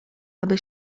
aby